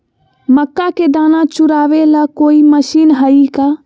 मक्का के दाना छुराबे ला कोई मशीन हई का?